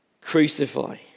Crucify